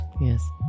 Yes